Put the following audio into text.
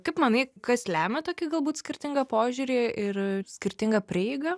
kaip manai kas lemia tokį galbūt skirtingą požiūrį ir skirtingą prieigą